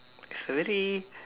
is a very